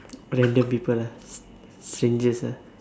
random people ah s~ strangers ah